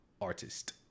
artist